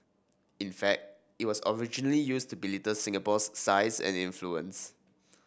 in fact it was originally used to belittle Singapore's size and influence